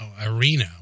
arena